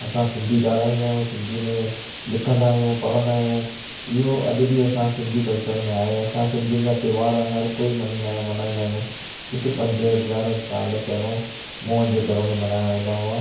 असां सिंधी ॻाल्हाईंदा आहियूं सिंधी में लिखंदा आहियूं पढ़ंदा आहियूं इहो अॼु बि असां सिंधी कल्चर में आहे असां सिंधियुनि जा त्योहार हर कोई मञींदा ऐं मल्हाईंदा आहियूं जेके पंज हज़ार साल पहिरों मोहन जें दड़ो में मल्हायो वेंदा हुआ